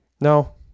No